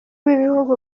b’ibihugu